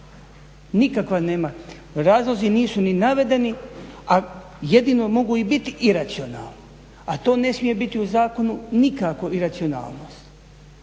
Nikakva nema, razlozi nisu ni navedeni a jedino mogu i biti iracionalni. A to ne smije biti u zakonu nikako, iracionalnost,